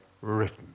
written